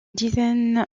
dizaine